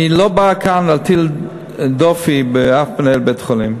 אני לא בא כאן להטיל דופי באף מנהל בית-חולים,